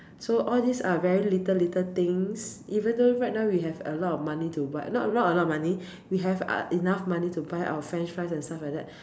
so all these are very little little things even though right now we have a lot of money to buy not a lot of money we have enough money to buy our French fries and stuff like that